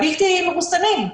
הבלתי מרוסנים.